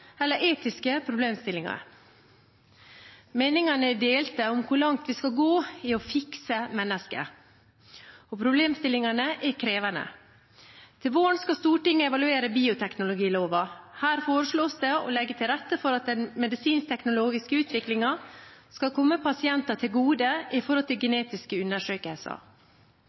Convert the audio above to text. eller etiske problemstillinger. Meningene er delte om hvor langt vi skal gå i å «fikse» mennesker, og problemstillingene er krevende. Til våren skal Stortinget evaluere bioteknologiloven. Her foreslås det å legge til rette for at den medisinsk-teknologiske utviklingen skal komme pasienter til gode når det gjelder genetiske undersøkelser.